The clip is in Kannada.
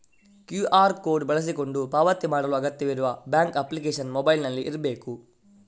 ಕ್ಯೂಆರ್ ಕೋಡು ಬಳಸಿಕೊಂಡು ಪಾವತಿ ಮಾಡಲು ಅಗತ್ಯವಿರುವ ಬ್ಯಾಂಕ್ ಅಪ್ಲಿಕೇಶನ್ ಮೊಬೈಲಿನಲ್ಲಿ ಇರ್ಬೇಕು